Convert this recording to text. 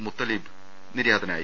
മുത്തലീബ് നിര്യാതനായി